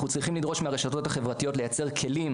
אנחנו צריכים לדרוש מהרשתות החברתיות לייצר כלים